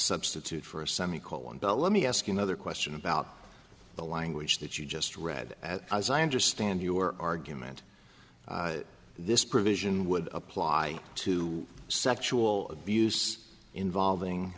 substitute for a semi colon but let me ask you another question about the language that you just read as i understand your argument this provision would apply to sexual abuse involving